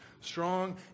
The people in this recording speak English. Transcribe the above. strong